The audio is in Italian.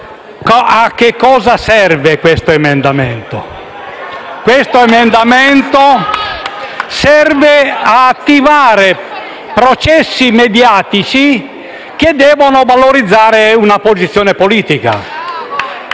della senatrice Bignami).* Questo emendamento serve ad attivare processi mediatici che devono valorizzare una posizione politica.